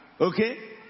Okay